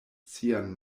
sian